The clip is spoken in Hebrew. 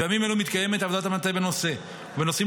בימים אלו מתקיימת עבודת מטה בנושא ובנושאים